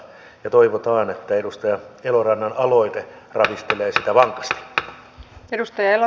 ja toivotaan että edustaja elorannan aloite ravistelee sitä vankasti